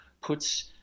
puts